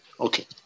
Okay